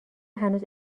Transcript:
هنوز